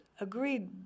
agreed